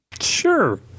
Sure